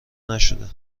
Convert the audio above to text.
نشده